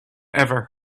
ever